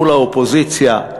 מול האופוזיציה,